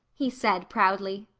he said proudly.